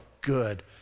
good